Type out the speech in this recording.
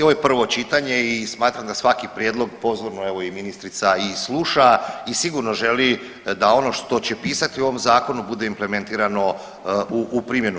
Ovo je prvo čitanje i smatram da svaki prijedlog pozorno evo ministrica i sluša i sigurno želi da ono što će pisati u ovom zakonu bude implementirano u primjenu.